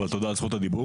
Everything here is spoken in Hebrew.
אבל תודה על זכות הדיבור.